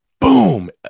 boom